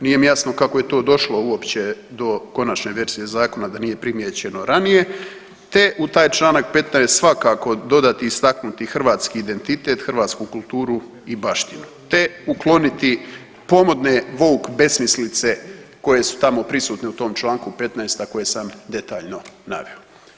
Nije mi jasno kako je to došlo uopće do konačne verzije zakona da nije primijećeno ranije, te u taj članak 15. svakako dodati i istaknuti hrvatski identitet, hrvatsku kulturu i baštinu, te ukloniti pomodne voug besmislice koje su tamo prisutne u tom članku 15. a koje sam detaljno naveo.